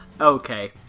okay